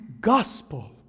gospel